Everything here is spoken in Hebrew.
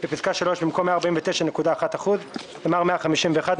בפסקה (3), במקום "149.1%" נאמר "151.3%".